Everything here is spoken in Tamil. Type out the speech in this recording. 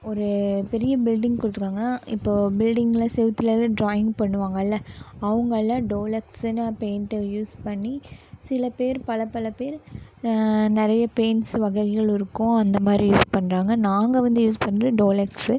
ஒரு பெரிய பில்டிங் கொடுத்துக்காங்க இப்போது பில்டிங்கில் செவத்துலலாம் டிராயிங் பண்ணுவாங்கல்ல அவங்க எல்லாம் டோலக்ஸுனு பெயிண்ட்டு யூஸ் பண்ணி சில பேர் பல பல பேர் நிறைய பெயிண்ட்ஸ் வகைகள் இருக்கும் அந்த மாதிரி யூஸ் பண்றாங்க நாங்கள் வந்து யூஸ் பண்றது டோலக்ஸு